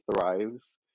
thrives